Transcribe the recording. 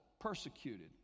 persecuted